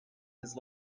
his